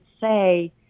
say